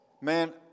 Man